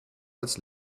als